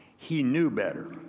he knew better.